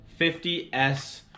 50S